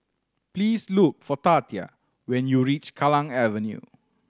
please look for Tatia when you reach Kallang Avenue